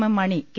M Mani K